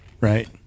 Right